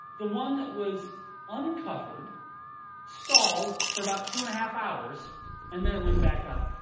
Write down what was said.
the one that was uncovered stalled for about two and a half hours and then it went back up.